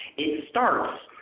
it starts,